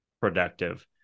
productive